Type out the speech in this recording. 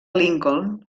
lincoln